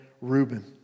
Reuben